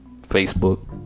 Facebook